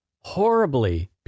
horribly